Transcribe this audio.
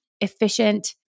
efficient